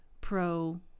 pro